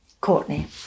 Courtney